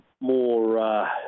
more